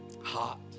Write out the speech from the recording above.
hot